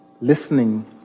listening